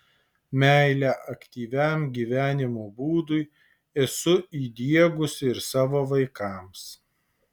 meilę aktyviam gyvenimo būdui esu įdiegusi ir savo vaikams